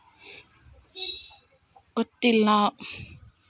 ತೆಂಗಲ್ಲಿ ದೊಡ್ಡ ಗಾತ್ರದ ಕಾಯಿ ನೀಡುವ ತಳಿ ಯಾವುದು?